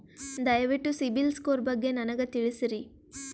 ದಯವಿಟ್ಟು ಸಿಬಿಲ್ ಸ್ಕೋರ್ ಬಗ್ಗೆ ನನಗ ತಿಳಸರಿ?